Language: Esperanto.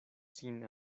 sin